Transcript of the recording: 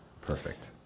Perfect